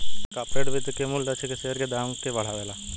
corporate वित्त के मूल्य लक्ष्य शेयर के दाम के बढ़ावेले